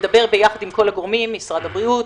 לדבר עם כל הגורמים משרד הבריאות,